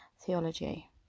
theology